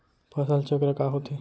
फसल चक्र का होथे?